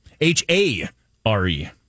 H-A-R-E